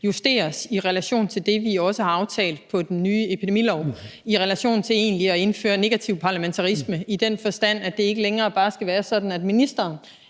justeres i relation til det, vi jo også har aftalt i forbindelse med den nye epidemilov om egentlig at indføre negativ parlamentarisme i den forstand, at det ikke længere bare skal være sådan, at ministeren